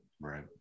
Right